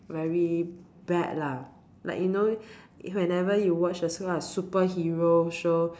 very bad lah like you know whenever you watch a su~ superhero show